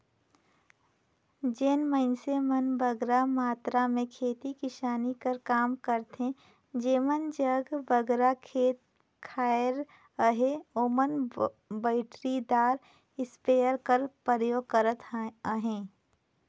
जेन मइनसे मन बगरा मातरा में खेती किसानी कर काम करथे जेमन जग बगरा खेत खाएर अहे ओमन बइटरीदार इस्पेयर कर परयोग करत अहें